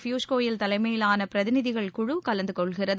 பியூஷ் கோயல் தலைமையிலான பிரதிநிதிகள் குழு கலந்து கொள்கின்றது